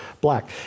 black